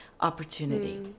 opportunity